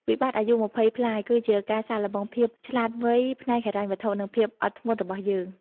វិបត្តិអាយុ២០ប្លាយ គឺជាការសាកល្បង "ភាពឆ្លាតវៃផ្នែកហិរញ្ញវត្ថុ" និង "ភាពអត់ធ្មត់" របស់យើង។